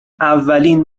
اولین